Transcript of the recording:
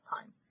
time